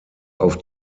auf